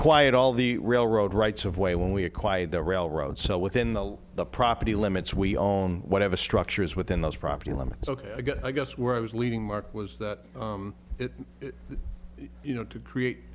acquired all the railroad rights of way when we acquired the railroad so within the the property limits we own whatever structure is within those property limits ok i guess where i was leading mark was that it you know to create